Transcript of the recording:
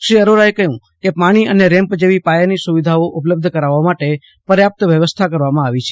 શ્રી અરોરાએ કહ્યું કે પાજી અને રેમ્પ જેવી પાયાની સુવિધાઓ ઉપલબ્ધ કરાવવા માટે પર્યાપ્ત વ્યવસ્થા કરવામાં આવી છે